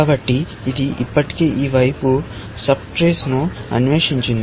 కాబట్టి ఇది ఇప్పటికే ఈ వైపు సబ్ ట్రీస్ ఉప చెట్ల ను అన్వేషించింది